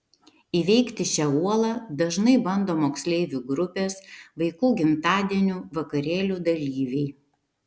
įveikti šią uolą dažnai bando moksleivių grupės vaikų gimtadienių vakarėlių dalyviai